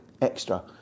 extra